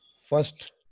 first